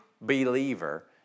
believer